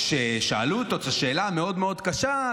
כששאלו אותו את השאלה המאוד-מאוד קשה,